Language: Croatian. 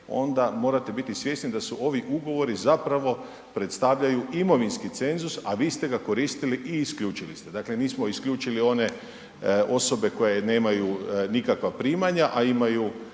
onda morate biti svjesni da su ovi ugovori zapravo predstavljaju imovinski cenzus, a vi ste ga koristili i isključili ste. Dakle, mi smo isključili one osobe koje nemaju nikakva primanja, a imaju